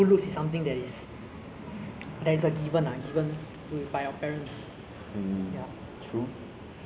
I think maybe it's our our own stupidity lah you know like we right now